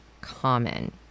common